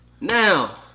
now